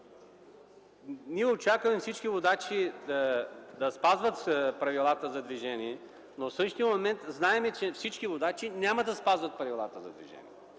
Ние очакваме всички водачи да спазват правилата за движение, но в същия момент знаем, че всички водачи няма да ги спазват. Знаем